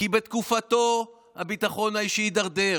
כי בתקופתו הביטחון האישי הידרדר,